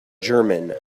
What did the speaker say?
german